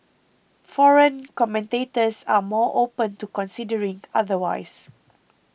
foreign commentators are more open to considering otherwise